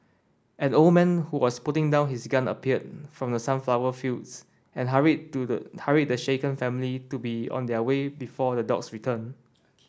an old man who was putting down his gun appeared from the sunflower fields and hurried the shaken family to be on their way before the dogs return